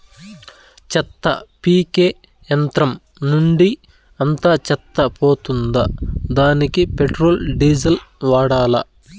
చెత్త పీకే యంత్రం నుండి అంతా చెత్త పోతుందా? దానికీ పెట్రోల్, డీజిల్ వాడాలా?